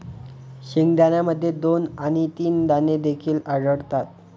शेंगदाण्यामध्ये दोन आणि तीन दाणे देखील आढळतात